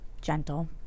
Gentle